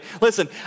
Listen